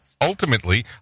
ultimately